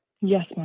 Yes